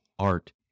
Art